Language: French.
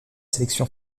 sélection